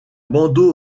bandeau